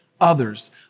Others